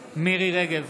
בעד מירי מרים רגב,